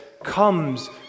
comes